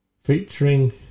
featuring